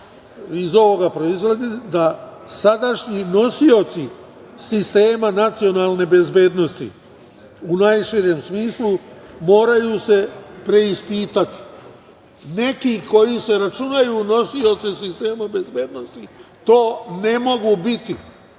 iz ovoga proizlazi da sadašnji nosioci sistema nacionalne bezbednosti, u najširem smislu, moraju se preispitati. Neki koji se računaju u nosioce sistema bezbednosti to ne mogu biti,